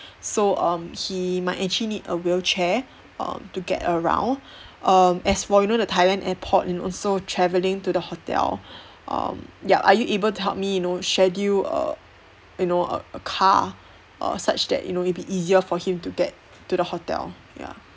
so um he might actually need a wheelchair um to get around um as for you know the thailand airport and also travelling to the hotel um ya are you able to help me you know schedule err you know a a car or such that you know it'll be easier for him to get to the hotel ya